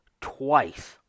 twice